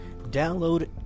Download